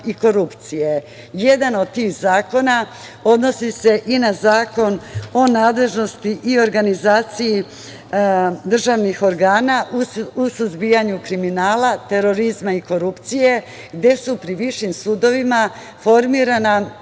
i korupcije. Jedan od tih zakona odnosi se i na Zakon o nadležnosti i organizaciji državnih organa u suzbijanju kriminala, terorizma i korupcije, gde su pri višim sudovima formirana